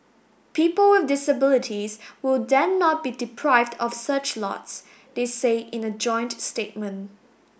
people with disabilities will then not be deprived of such lots they say in a joint statement